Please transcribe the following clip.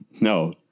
No